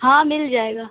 हाँ मिल जाएगा